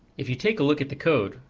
if you take a look at the code,